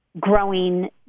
growing